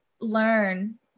learn